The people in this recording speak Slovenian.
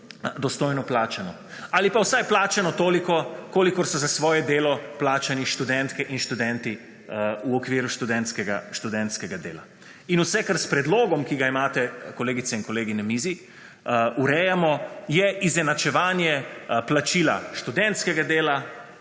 dostojno plačano. Ali pa vsaj plačano toliko kolikor so za svoje delo plačani študentke in študenti v okviru študentskega dela. In vse, kar s predlogom, ki ga imate kolegice in kolegi na mizi, urejamo, je izenačevanje plačila študentskega dela